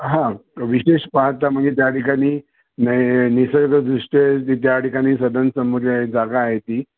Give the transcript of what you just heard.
हां विशेष पाहता म्हणजे त्या ठिकाणी न निसर्गदृष्ट्या जी त्या ठिकाणी स्वतंत्र समोर जागा आहे ती